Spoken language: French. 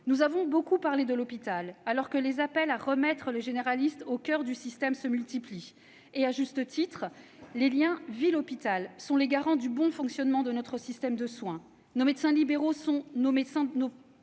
Nous avons beaucoup parlé de l'hôpital, alors que les appels à remettre les généralistes au coeur du système se multiplient, à juste titre : les liens ville-hôpital sont les garants du bon fonctionnement de notre système de soins. Nos médecins libéraux sont nos personnels